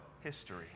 History